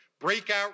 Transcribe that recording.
breakout